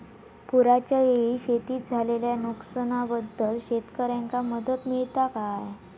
पुराच्यायेळी शेतीत झालेल्या नुकसनाबद्दल शेतकऱ्यांका मदत मिळता काय?